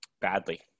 Badly